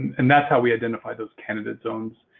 and that's how we identify those candidate zones.